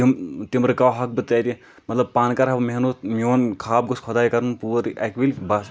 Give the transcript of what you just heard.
تِم تِم رُکاوہاکھ بہٕ تیٚلِہ مطلب پانہٕ کَرٕہا بہٕ محنت میون خاب گوٚژھ خۄداے کَرُن پوٗرٕ اَکِہ وِلہِ بَس